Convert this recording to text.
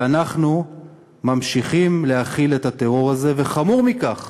ואנחנו ממשיכים להכיל את הטרור הזה, וחמור מכך,